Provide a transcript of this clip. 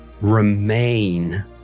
remain